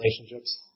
relationships